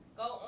go